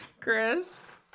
Chris